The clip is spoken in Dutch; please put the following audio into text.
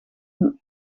hun